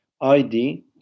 ID